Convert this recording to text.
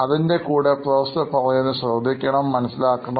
അതിൻറെ കൂടെ പ്രൊഫസർ പറയുന്നത് ശ്രദ്ധിക്കണം മനസ്സിലാക്കണം